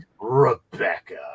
Rebecca